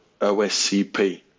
OSCP